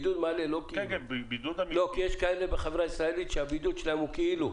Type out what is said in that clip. כי יש כאלה בחברה הישראלית שהבידוד שלהם הוא בכאילו.